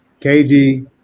KG